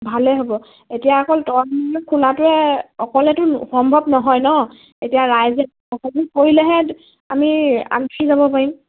ভালেই হ'ব এতিয়া অকল তয়ে ময়ে খোলাটোৱে অকলেতো সম্ভৱ নহয় ন এতিয়া ৰাইজে সকলো কৰিলেহে আমি আগবাঢ়ি যাব পাৰিম